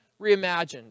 reimagined